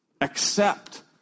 Accept